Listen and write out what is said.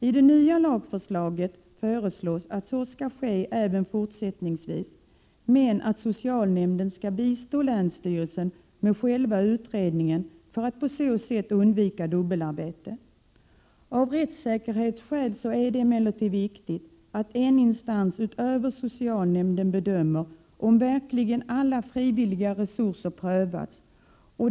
Enligt lagförslaget skall så ske även fortsättningsvis, men socialnämnden skall bistå länsstyrelsen med själva utredningen. På så sätt skall dubbelarbete undvikas. Av rättssäkerhetsskäl är det emellertid viktigt att en instans vid sidan av socialnämnden bedömer om alla frivilliga resurser verkligen prövats.